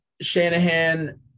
Shanahan